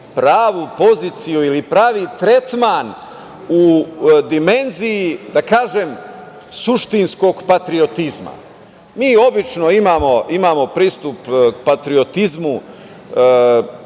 pravu poziciju ili pravi tretman u dimenziji, da kažem, suštinskog patriotizma. Mi obično imamo pristup patriotizmu,